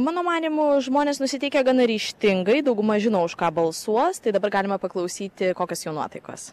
mano manymu žmonės nusiteikę gana ryžtingai dauguma žino už ką balsuos tai dabar galima paklausyti kokios jų nuotaikos